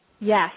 yes